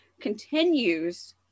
continues